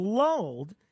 lulled